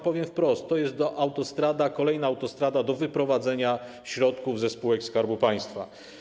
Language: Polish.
Powiem wprost: to jest kolejna autostrada do wyprowadzenia środków ze spółek Skarbu Państwa.